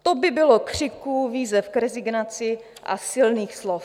To by bylo křiku, výzev k rezignaci a silných slov.